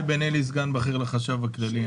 אני סגן בכיר לחשב הכללי.